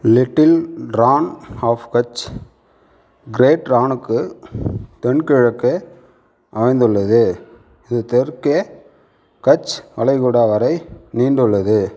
little Rann of Kutch Great ரானுக்கு தென்கிழக்கே அமைந்துள்ளது இது தெற்கே கட்ச் வளைகுடா வரை நீண்டுள்ளது